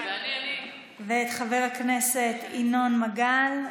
את חבר הכנסת ינון מגל,